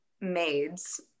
maids